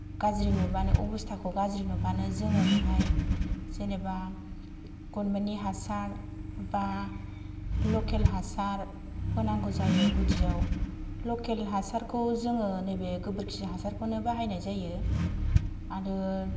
गाज्रि नुबानो अबस्थाखौ गाज्रि नुबानो जोङो बेहाय जेनेबा गरमेन्टनि हासार एबा लकेल हासार होनांगौ जायो गुदियाव लकेल हासारखौ जोङो नैबे गोबोरखि हासारखौनो बाहायनाय जायो आरो